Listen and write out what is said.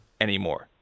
anymore